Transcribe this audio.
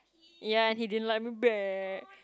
ya and he didn't like me back